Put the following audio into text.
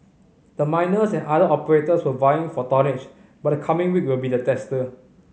the miners and other operators were vying for tonnage but the coming week will be the tester